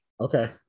Okay